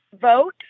vote